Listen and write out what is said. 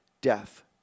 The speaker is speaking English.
death